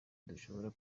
dushobora